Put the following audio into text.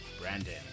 Brandon